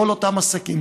כל אותם עסקים,